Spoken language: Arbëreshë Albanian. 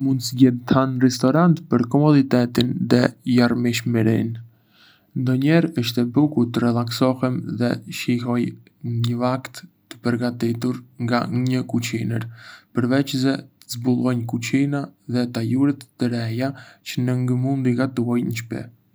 Mund të zgjedh të ha në restorant për komoditetin dhe larmishmërinë. Ndonjëherë është bukur të relaksohem dhe të shijoj një vakt të përgatitur nga një kuzhinier, përveçse të zbuloj kuzhina dhe tajuret të reja çë ngë mund t'i gatuaj në shtëpi.